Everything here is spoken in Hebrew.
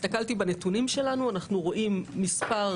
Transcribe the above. הסתכלתי בנתונים שלנו אנחנו רואים מספר